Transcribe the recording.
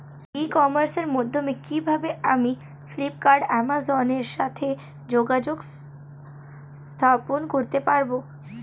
ই কমার্সের মাধ্যমে কিভাবে আমি ফ্লিপকার্ট অ্যামাজন এর সাথে যোগাযোগ স্থাপন করতে পারব?